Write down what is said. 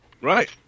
Right